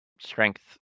Strength